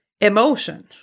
emotion